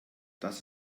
das